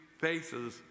faces